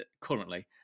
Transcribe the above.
currently